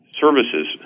services